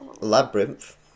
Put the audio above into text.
Labyrinth